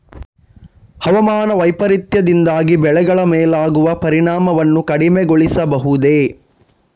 ಹವಾಮಾನ ವೈಪರೀತ್ಯದಿಂದಾಗಿ ಬೆಳೆಗಳ ಮೇಲಾಗುವ ಪರಿಣಾಮವನ್ನು ಕಡಿಮೆಗೊಳಿಸಬಹುದೇ?